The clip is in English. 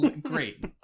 great